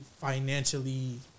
financially